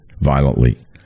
violently